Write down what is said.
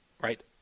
right